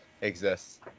exists